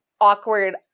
awkward